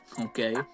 Okay